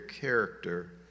character